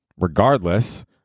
regardless